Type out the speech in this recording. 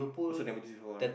also never do this before right